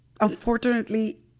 Unfortunately